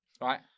Right